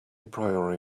priori